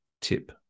tip